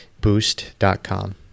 boost.com